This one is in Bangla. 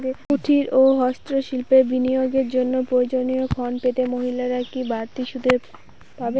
কুটীর ও হস্ত শিল্পে বিনিয়োগের জন্য প্রয়োজনীয় ঋণ পেতে মহিলারা কি বাড়তি সুবিধে পাবেন?